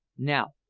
now,